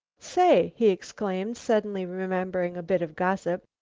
say! he exclaimed, suddenly remembering a bit of gossip,